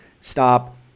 stop